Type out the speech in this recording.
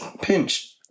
pinch